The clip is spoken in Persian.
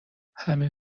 همین